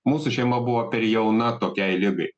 mūsų šeima buvo per jauna tokiai ligai